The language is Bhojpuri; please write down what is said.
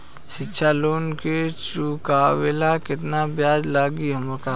शिक्षा लोन के चुकावेला केतना ब्याज लागि हमरा?